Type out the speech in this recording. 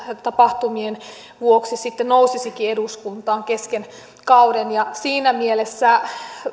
tapahtumien vuoksi sitten nousisikin eduskuntaan kesken kauden siinä mielessä